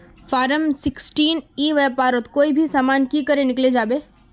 Form sixteen ई व्यापारोत कोई भी सामान की करे किनले जाबे?